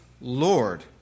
Lord